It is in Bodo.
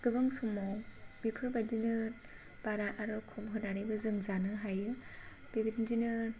गोबां समाव बेफोरबायदिनो बारा आरो खम होनानैबो जों जानो हायो बेबायदिनो